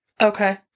Okay